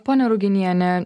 ponia ruginiene